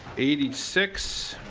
eighty six.